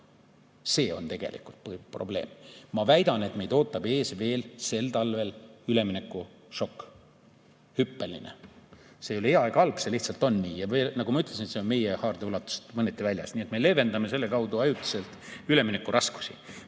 See on tegelikult probleem. Ma väidan, et meid ootab ees sel talvel ülemineku šokk. Hüppeline [kallinemine]. See ei ole hea ega halb, see lihtsalt on nii. Nagu ma ütlesin, see on meie haardeulatusest mõneti väljas. Nii et me leevendame selle kaudu ajutiselt üleminekuraskusi. Mis